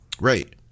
right